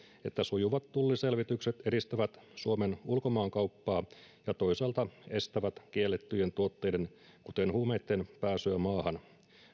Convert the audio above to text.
että sujuvat tulliselvitykset edistävät suomen ulkomaankauppaa ja toisaalta estävät kiellettyjen tuotteiden kuten huumeitten pääsyä maahan